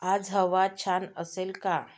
आज हवा छान असेल का